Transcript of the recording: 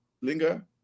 Linger